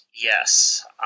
yes